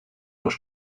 was